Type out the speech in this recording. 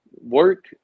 work